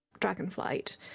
dragonflight